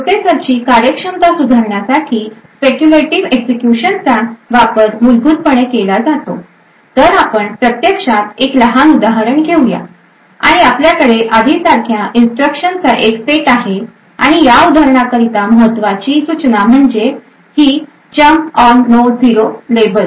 प्रोसेसरची कार्यक्षमता सुधारण्यासाठी स्पेक्युलेटीव एक्झिक्युशनचा वापर मूलभूतपणे केला जातो तर आपण प्रत्यक्षात एक लहान उदाहरण घेऊया आणि आपल्याकडे आधीसारख्या इन्स्ट्रक्शनचा एक सेट आहे आणि या उदाहरणाकरिता महत्वाची इन्स्ट्रक्शन म्हणजे ही jump on no zero to label